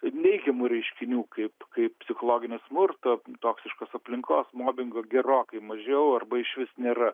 neigiamų reiškinių kaip kaip psichologinis smurtas toksiškos aplinkos mobingo gerokai mažiau arba išvis nėra